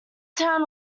town